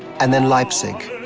and then leipzig.